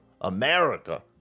America